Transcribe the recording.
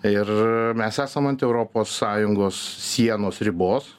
ir mes esam ant europos sąjungos sienos ribos